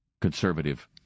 conservative